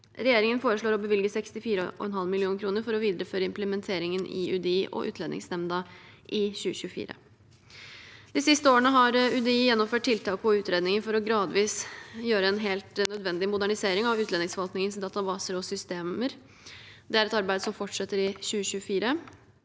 Regjeringen foreslår å bevilge 64,5 mill. kr for å videreføre implementeringen i UDI og Utlendingsnemnda i 2024. De siste årene har UDI gjennomført tiltak og utredninger for gradvis å gjøre en helt nødvendig modernisering av utlendingsforvaltningens databaser og systemer. Dette arbeidet fortsetter i 2024.